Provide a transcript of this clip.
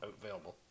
available